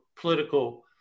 political